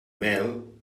mel